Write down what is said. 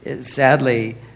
sadly